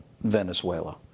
Venezuela